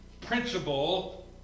principle